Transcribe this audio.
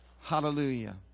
Hallelujah